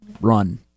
run